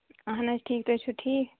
اَہَن حظ ٹھیٖک تُہۍ چھِو ٹھیٖک